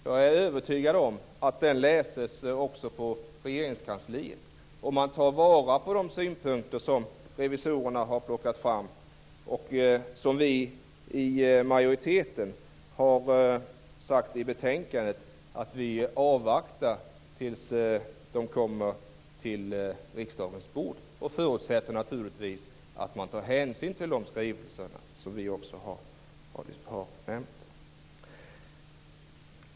Jag är övertygad om att den läses också i Regeringskansliet och att man tar vara på de synpunkter som revisorerna har. Där har vi i majoriteten sagt i betänkandet att vi avvaktar tills de kommer på riksdagens bord och förutsätter naturligtvis att man tar hänsyn till skrivelserna.